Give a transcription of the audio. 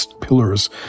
pillars